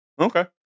okay